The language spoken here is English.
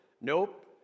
nope